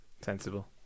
Sensible